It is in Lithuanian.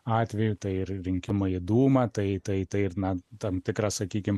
atveju tai ir rinkimai į dūmą tai tai tai ir na tam tikra sakykim